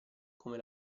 come